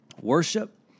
worship